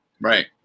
Right